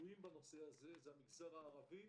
שפגועים בנושא הזה המגזר הערבי